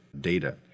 data